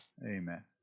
Amen